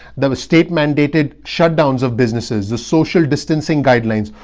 the the state mandated shutdowns of businesses, the social distancing guidelines,